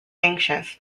anxious